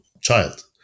child